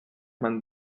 man